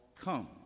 Come